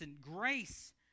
grace